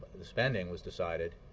spending was decided